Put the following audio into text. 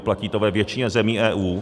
Platí to ve většině zemí EU.